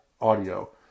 Audio